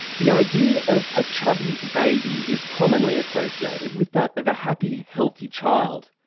the idea of a chubby baby is commonly associated with that of a happy, healthy child,